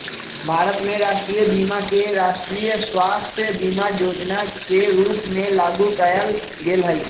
भारत में राष्ट्रीय बीमा के राष्ट्रीय स्वास्थय बीमा जोजना के रूप में लागू कयल गेल हइ